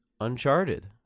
Uncharted